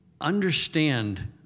Understand